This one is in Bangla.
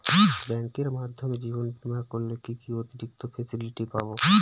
ব্যাংকের মাধ্যমে জীবন বীমা করলে কি কি অতিরিক্ত ফেসিলিটি পাব?